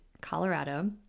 Colorado